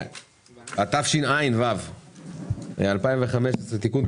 התשע"ו - 2015 (תיקון),